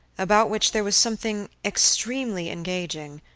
about which there was something extremely engaging,